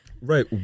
Right